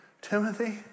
Timothy